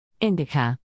Indica